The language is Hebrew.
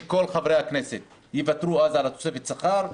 שכל חברי הכנסת היו מוותרים אז על תוספת השכר,